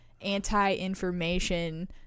anti-information